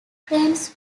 cranes